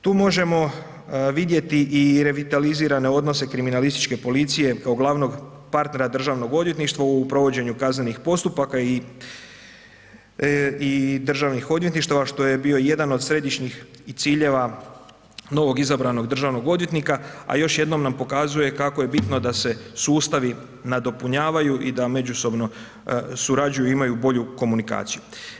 Tu možemo vidjeti i revitalizirane odnose kriminalističke policije kao glavnog partera Državnog odvjetništva u provođenju kaznenih postupaka i državnih odvjetništava što je bio jedan od središnjih ciljeva novog izabranog državnog odvjetnika a još jednom nam pokazuje kako je bitno da se sustavi nadopunjavaju i da međusobno surađuju, imaju bolju komunikaciju.